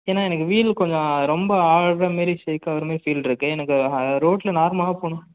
ஏன்னால் எனக்கு வீல் கொஞ்சம் ரொம்ப ஆடுகிற மாரி ஷேக் ஆகிற மாதிரி ஃபீல் இருக்குது எனக்கு ரோட்டில் நார்மலாக போனால்